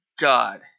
God